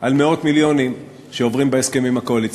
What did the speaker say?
על מאות מיליונים שעוברים בהסכמים הקואליציוניים.